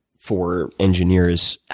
for engineers,